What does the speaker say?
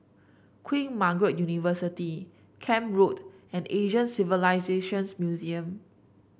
Queen Margaret University Camp Road and Asian Civilisations Museum